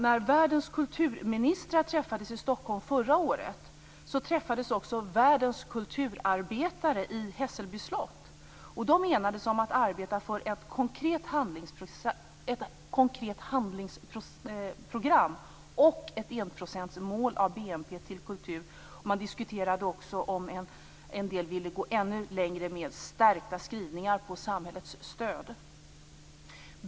När världens kulturministrar träffades i Stockholm förra året, träffades också världens kulturarbetare på Hässelby slott. De enades om att arbeta för ett konkret handlingsprogram och ett enprocentsmål av BNP till kultur. Man diskuterade också att några ville gå ännu längre med stärkta skrivningar på samhällets stöd.